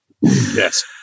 Yes